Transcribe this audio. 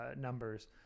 numbers